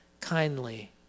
kindly